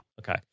Okay